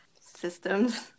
systems